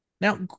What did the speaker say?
Now